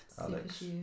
Alex